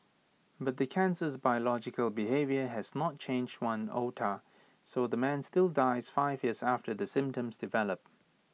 but the cancer's biological behaviour has not changed one iota so the man still dies five years after symptoms develop